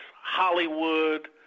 Hollywood